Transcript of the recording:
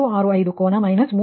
98265 ಕೋನ ಮೈನಸ್ 3